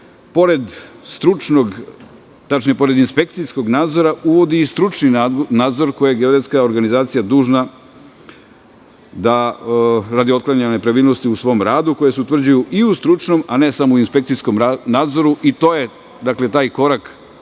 pored stručnog, tačnije, pored inspekcijskog nadzora, uvodi i stručni nadzor koji je geodetska organizacija dužna da, radi otklanjanja nepravilnosti u svom radu, koje se utvrđuju i u stručnom, a ne samo u inspekcijskom nadzoru i to je taj korak